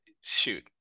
shoot